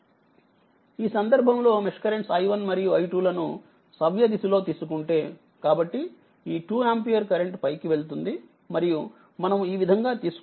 ఈ సందర్భంలోమెష్ currents i1 మరియు i2 లను సవ్య దిశ లో తీసుకొంటేకాబట్టిఈ 2 ఆంపియర్ కరెంట్ పైకి వెళ్తుంది మరియు మనము ఈ విధంగా తీసుకుంటున్నాము